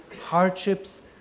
hardships